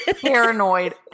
paranoid